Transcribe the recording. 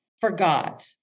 forgot